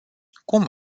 cum